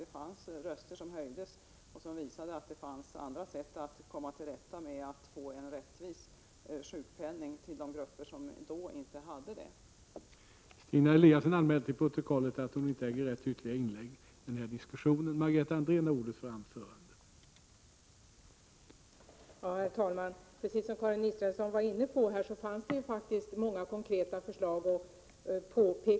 Det höjdes röster för att man skulle visa att det fanns andra sätt att komma fram till en rättvis sjukpenning för de grupper som då inte hade en sådan.